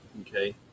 Okay